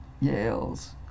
Yale's